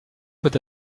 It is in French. peut